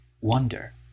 wonder